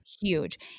huge